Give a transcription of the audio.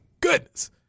goodness